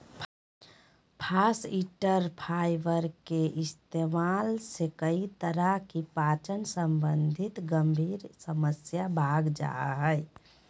फास्इटर फाइबर के इस्तेमाल से कई तरह की पाचन संबंधी गंभीर समस्या भाग जा हइ